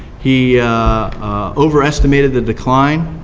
he overestimated the decline